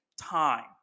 Time